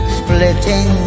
splitting